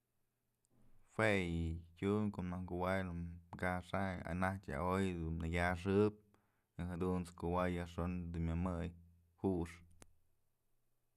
Jue yë tyum konaj kuay kaxayn anjtyë aoy du nakyaxëp y jadunt's kuay yajxon dun myamëy jux.